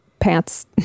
pants